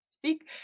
speak